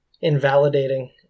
invalidating